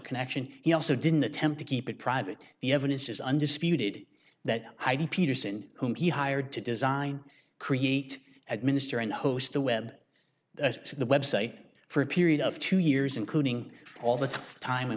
connection he also didn't attempt to keep it private the evidence is undisputed that i did peterson whom he hired to design create administer and host the web site the website for a period of two years including all the time in